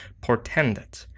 portended